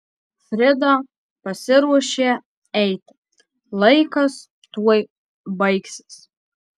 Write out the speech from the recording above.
frida pasiruošė eiti laikas tuoj baigsis